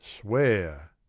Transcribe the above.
Swear